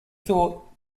thought